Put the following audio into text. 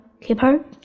keeper